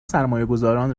سرمایهگذاران